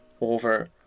over